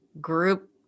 group